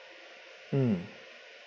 mm